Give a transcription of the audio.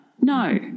no